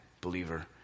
believer